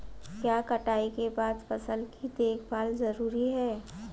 क्या कटाई के बाद फसल की देखभाल जरूरी है?